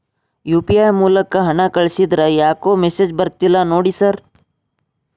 UPI ಮೂಲಕ ಹಣ ಕಳಿಸಿದ್ರ ಯಾಕೋ ಮೆಸೇಜ್ ಬರ್ತಿಲ್ಲ ನೋಡಿ ಸರ್?